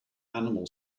animal